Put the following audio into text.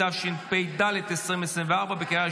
התשפ"ה 2024, בקריאה